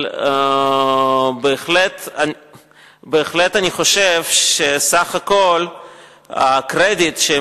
אבל בהחלט אני חושב שבסך הכול הקרדיט שהם